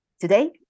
Today